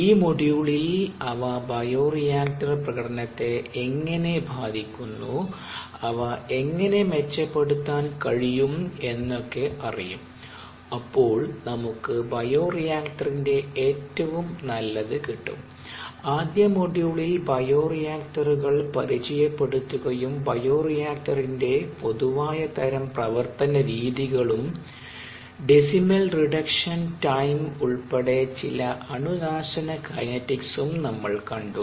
ഈ മോഡ്യൂളിൽ അവ ബയോറിയാക്ടർ പ്രകടനത്തെ എങ്ങനെ ബാധിക്കുന്നു അവ എങ്ങനെ മെച്ചപ്പെടുത്താൻ കഴിയും എന്നൊക്കെ അറിയും അപ്പോൾ നമുക്ക് ബയോറിയാക്റ്ററിന്റെ ഏറ്റവും നല്ലത് കിട്ടും ആദ്യ മോഡ്യൂളിൽ ബയോറിയാക്റ്ററുകൾ പരിചയപ്പെടുത്തുകയും ബയോറിയാക്റ്ററിന്റെ പൊതുവായ തരം പ്രവർത്തന രീതികളും ഡെസിമൽ റിഡക്ഷൻ ടൈം ഉൾപ്പെടെ ചില അണു നാശന കൈനറ്റിക്സും നമ്മൾ കണ്ടു